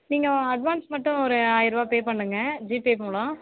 நீங்கள் அட்வான்ஸ் மட்டும் ஒரு ஆயிர்ருபா பேப் பண்ணுங்க ஜிபே மூலம்